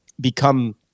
become